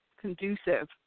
conducive